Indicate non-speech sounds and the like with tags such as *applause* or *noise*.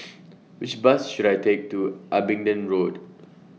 *noise* Which Bus should I Take to Abingdon Road